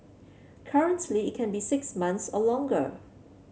currently it can be six months or longer